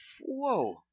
Whoa